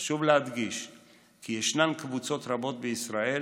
חשוב להדגיש כי ישנן קבוצות רבות בישראל